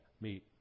meet